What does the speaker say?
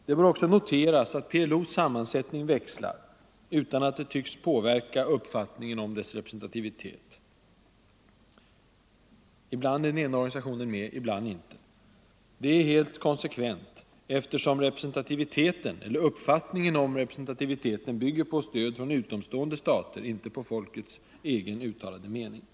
Det bör också noteras att PLO:s sammansättning växlar — utan att — Nr 127 det tycks påverka uppfattningen om dess representativitet; ibland är en Fredagen den organisation med, ibland inte. Det är helt konsekvent, eftersom upp 22 november 1974 fattningen om representativiteten bygger på stöd från utomstående stater, inte på folkets egen uttalade mening. Ang.